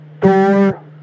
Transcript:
Door